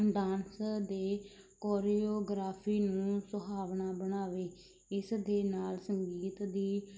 dance ਦੇ choreography ਨੂੰ ਸੁਹਾਵਣਾ ਬਣਾਵੇ ਇਸ ਦੇ ਨਾਲ ਸੰਗੀਤ ਦੀ